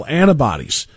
antibodies